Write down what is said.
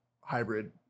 hybrid